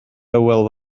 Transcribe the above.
hywel